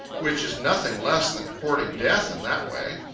which is nothing less than courting death in that way.